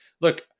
look